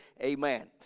Amen